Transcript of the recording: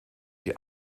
die